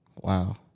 Wow